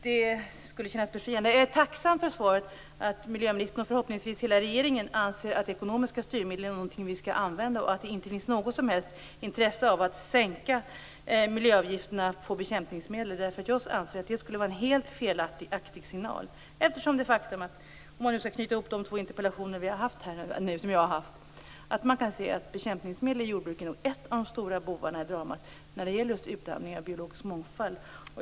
Det skulle kännas befriande. Jag är tacksam för svaret att miljöministern och förhoppningsvis hela regeringen anser att vi skall använda ekonomiska styrmedel och att det inte finns något som helst intresse av att sänka miljöavgifterna på bekämpningsmedel. Jag anser att det skulle vara en helt felaktig signal eftersom man kan se - om jag nu skall knyta ihop mina två interpellationer - att bekämpningsmedel i jordbruket är en av de stora bovarna i dramat när det gäller utarmningen av biologisk mångfald.